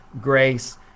grace